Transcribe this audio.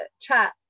chat